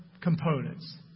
components